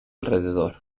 alrededor